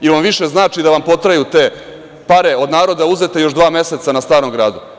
Jel vam više znači da vam potraju te pare od naroda uzete još dva meseca na Starom gradu?